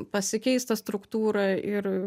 pasikeis ta struktūra ir